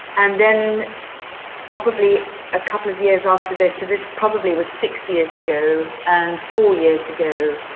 and then probably a couple of years after their service probably was six years ago and four years ago.